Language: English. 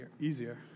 easier